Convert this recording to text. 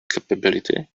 capability